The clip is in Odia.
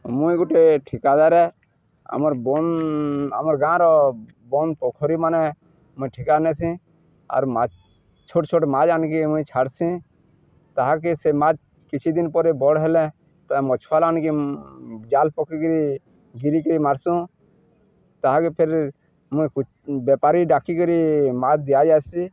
ମୁଇଁ ଗୋଟେ ଠିକା ଦାର ଆମର୍ ବନ ଆମର୍ ଗାଁର ବନ ପୋଖରୀ ମାନେ ମୁଇଁ ଠିକାନେସି ଆର୍ ମା ଛୋଟ ଛୋଟ ମାଛ୍ ଆନିକି ମୁଇଁ ଛାଡ଼ସି ତାହାକେ ସେ ମାଛ କିଛି ଦିନ ପରେ ବଡ଼୍ ହେଲେ ତା ମଛୁଆଲା ଆଣିକି ଜାଲ ପକକିରି ଗିରିକିରି ମାରସୁଁ ତାହାକେ ଫେର ମୁଇଁ ବେପାରୀ ଡାକିକିରି ମାଛ ଦିଆ ଯାଏସି